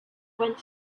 went